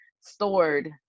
stored